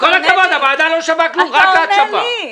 אתה עונה לי.